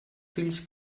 fills